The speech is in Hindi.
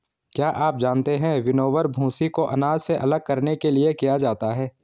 क्या आप जानते है विनोवर, भूंसी को अनाज से अलग करने के लिए किया जाता है?